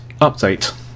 update